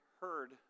heard